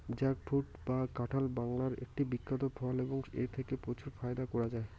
jackfruit বা কাঁঠাল বাংলার একটি বিখ্যাত ফল এবং এথেকে প্রচুর ফায়দা করা য়ায়